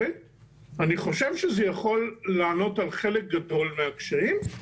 אני חושב שזה יכול לענות על חלק גדול מהקשיים.